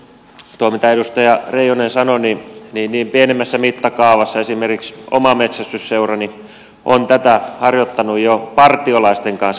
mitä tulee tuohon mitä edustaja reijonen sanoi niin pienemmässä mittakaavassa esimerkiksi oma metsästysseurani on tätä harjoittanut jo partiolaisten kanssa